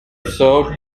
served